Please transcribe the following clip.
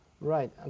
right